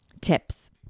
tips